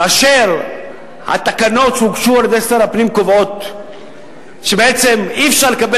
כאשר התקנות שהוגשו על-ידי שר הפנים קובעות שבעצם אי-אפשר לקבל